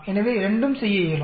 எனவே இரண்டும் செய்ய இயலும்